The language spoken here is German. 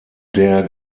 der